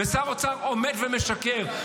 ושר אוצר עומד ומשקר.